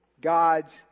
God's